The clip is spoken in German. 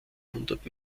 hundert